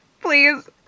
please